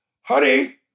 Honey